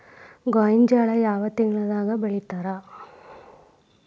ಗೋಂಜಾಳ ಯಾವ ತಿಂಗಳದಾಗ್ ಬೆಳಿತಾರ?